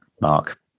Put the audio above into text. Mark